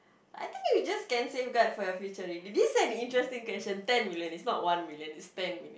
I think you just can safeguard for your future already this an interesting question ten million it's not one million it's ten